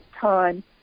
time